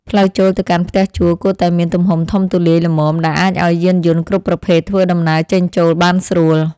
ផ្លូវចូលទៅកាន់ផ្ទះជួលគួរតែមានទំហំធំទូលាយល្មមដែលអាចឱ្យយានយន្តគ្រប់ប្រភេទធ្វើដំណើរចេញចូលបានស្រួល។